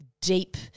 deep